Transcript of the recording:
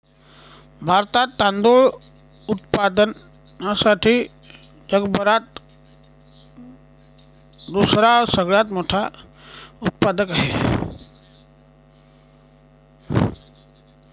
भारतात तांदूळ उत्पादनासाठी जगभरात दुसरा सगळ्यात मोठा उत्पादक आहे